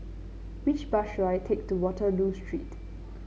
which bus should I take to Waterloo Street